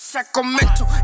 Sacramento